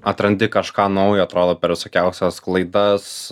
atrandi kažką naujo atrodo per visokiausias klaidas